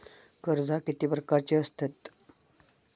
कर्जा किती प्रकारची आसतत